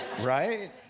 Right